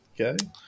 Okay